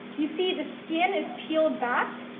you see the skin is peeled back,